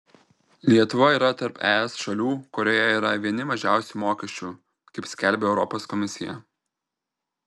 lietuva yra tarp es šalių kurioje yra vieni mažiausių mokesčių kaip skelbia europos komisija